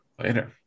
Later